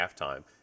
halftime